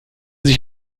sich